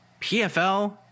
PFL